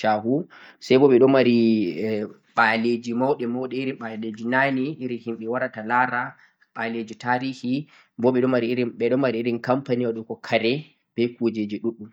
sha'hu sai bo ɓe ɗo mari e ɓa'liji mauɗe mauɗe iri ɓa'leji na'ne, iri himɓeji warata la'ra, ɓa'leji tarihi bo ɓe ɗo company waɗugo kare be kujeji ɗuɗɗum.